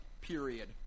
period